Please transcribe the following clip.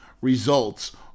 results